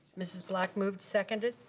mrs. black moved. seconded?